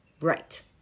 Right